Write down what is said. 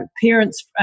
parents